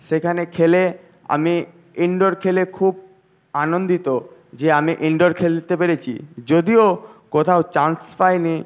সেখানে খেলে আমি ইনডোর খেলে খুব আনন্দিত যে আমি ইনডোর খেলতে পেরেছি যদিও কোথাও চান্স পাইনি